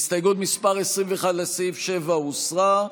הסתייגות מס' 21, לסעיף 7, הוסרה.